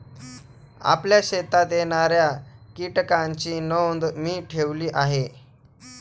आपल्या शेतात येणाऱ्या कीटकांची नोंद मी ठेवली आहे